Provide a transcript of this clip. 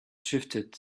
shifted